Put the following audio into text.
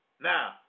Now